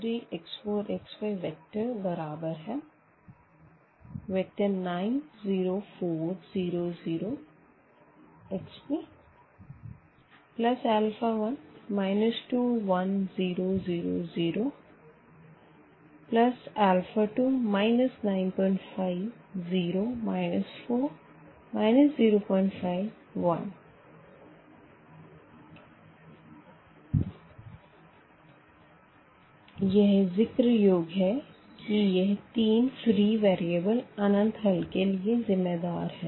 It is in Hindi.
यह ज़िक्र योग है कि यह तीन फ़्री वेरीअबल अनंत हल के लिए जिम्मेदार है